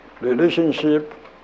relationship